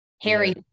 Harry